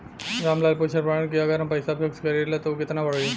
राम लाल पूछत बड़न की अगर हम पैसा फिक्स करीला त ऊ कितना बड़ी?